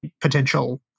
potential